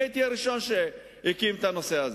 אני הייתי הראשון שהקים את זה,